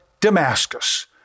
Damascus